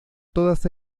todas